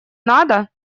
надо